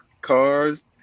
cars